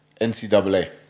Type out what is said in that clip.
NCAA